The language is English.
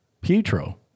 Pietro